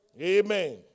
Amen